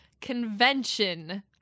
convention